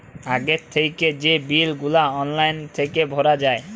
আগে থ্যাইকে যে বিল গুলা অললাইল থ্যাইকে ভরা যায়